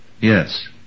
Yes